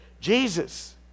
Jesus